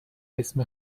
اسم